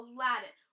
Aladdin